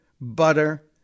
butter